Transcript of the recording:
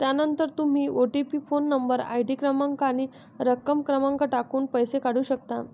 त्यानंतर तुम्ही OTP phone number, ID क्रमांक आणि रक्कम क्रमांक टाकून पैसे काढू शकता